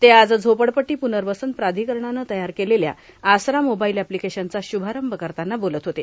ते आज झोपडपट्टी पूनवसन प्रार्धकरणाने तयार केलेल्या आसरा मोबाईल एप्लोकेशनचा शुभारंभ करताना बोलत होते